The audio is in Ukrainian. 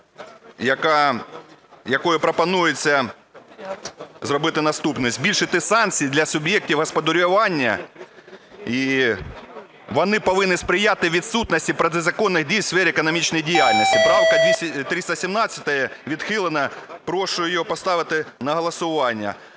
якою пропонується зробити наступне. Збільшити санкції для суб'єктів господарювання і вони повинні сприяти відсутності протизаконних дій у сфері економічної діяльності. Правка 317 відхилена. Прошу її поставити на голосування.